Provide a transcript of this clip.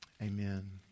Amen